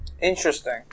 Interesting